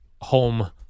home